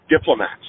diplomats